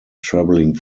travelling